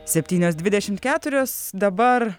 septynios dvidešimt keturios dabar